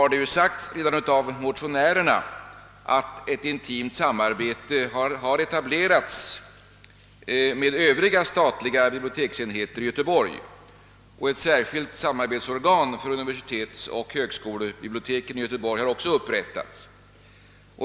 Redan motionärerna har nämnt att ett intimt samarbete har etablerats med övriga statliga biblioteksenheter i Göteborg. Ett särskilt samarbetsorgan för universitetsoch högskolebiblioteken i Göteborg har också upprättats.